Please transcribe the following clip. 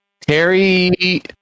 Terry